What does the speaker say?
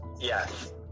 Yes